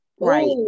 right